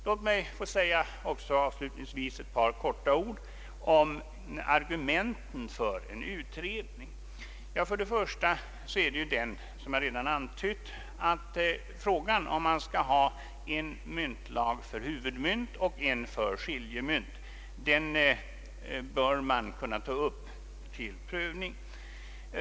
Låt mig avslutningsvis få säga ett par ord om argumenten för en utredning. För det första är det, som jag redan har antytt, frågan om man skall ha en myntlag för huvudmynt och en för skiljemynt. Den frågan bör kunna tas upp till prövning.